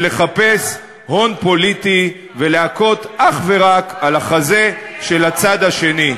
זה לחפש הון פוליטי ולהכות אך ורק על החזה של הצד השני.